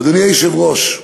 אדוני היושב-ראש,